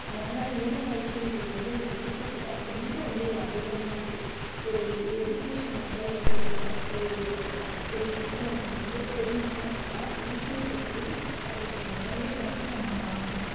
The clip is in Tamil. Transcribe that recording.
அதனால வேலைவாய்ப்புன்றது வந்து இந்த யூடியூபில் ரொம்ப வந்து ஒரு அதிகமாக இருக்குது ஒரு எஜிகேஷன் லெவலில் இருக்கட்டும் ஒரு ஒரு விஷயத்த நம்ம வந்து தெரிஞ்சுக்கணும் அப்படின்னா யூடியூபில் போய் இன்றைக்கு உடனே தட்டி நம்ம பார்க்குறோம்